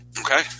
Okay